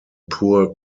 poor